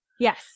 Yes